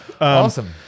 awesome